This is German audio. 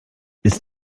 ist